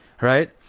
right